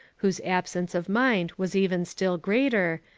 whose absence of mind was even still greater,